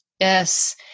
yes